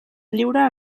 lliure